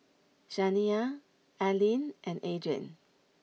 Shaniya Allyn and Adriene